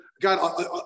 God